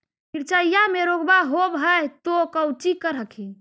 मिर्चया मे रोग्बा होब है तो कौची कर हखिन?